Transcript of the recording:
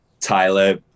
Tyler